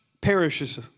perishes